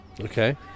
Okay